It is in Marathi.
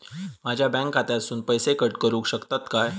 माझ्या बँक खात्यासून पैसे कट करुक शकतात काय?